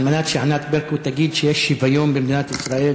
על מנת שענת ברקו תגיד שיש שוויון במדינת ישראל,